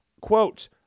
Quote